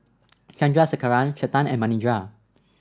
Chandrasekaran Chetan and Manindra